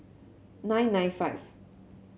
nine nine five